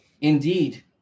indeed